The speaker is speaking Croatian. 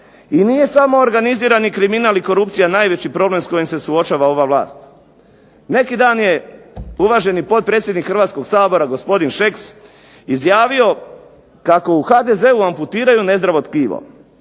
i nije samo organizirani kriminal i korupcija najveći problem s kojim se suočava ova vlast. Neki dan je uvaženi potpredsjednik Hrvatskog sabora gospodin Šeks izjavio kako u HDZ-u amputiraju nezdravo tkivo.